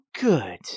good